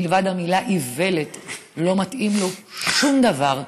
מלבד המילה איוולת, לא מתאים לו שום דבר.